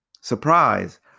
surprise